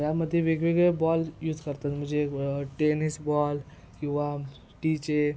यामध्ये वेगवेगळे ball use करतात म्हणजे टेनिस बॉल किंवा टीचे